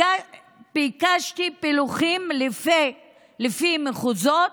ביקשתי פילוחים לפי מחוזות,